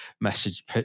message